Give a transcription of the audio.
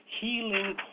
healing